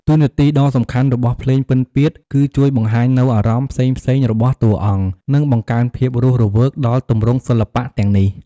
តួនាទីដ៏សំខាន់របស់ភ្លេងពិណពាទ្យគឺជួយបង្ហាញនូវអារម្មណ៍ផ្សេងៗរបស់តួអង្គ និងបង្កើនភាពរស់រវើកដល់ទម្រង់សិល្បៈទាំងនេះ។